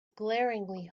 glaringly